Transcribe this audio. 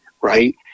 right